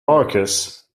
marcus